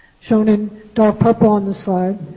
shown in dark purple on the slide,